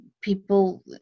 people